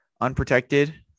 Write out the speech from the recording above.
unprotected